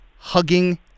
Hugging